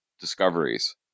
discoveries